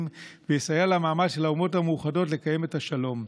ויסייע למעמד של האומות המאוחדות לקיים את השלום.